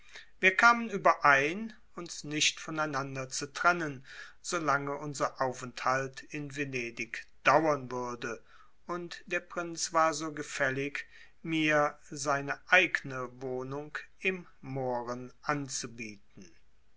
wir kamen überein uns nicht voneinander zu trennen solange unser aufenthalt in venedig dauern würde und der prinz war so gefällig mir seine eigne wohnung im mohren anzubieten